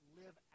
live